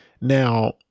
now